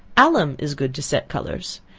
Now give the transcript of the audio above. alum is good to set colors.